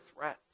threat